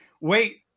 Wait